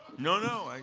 no, no. and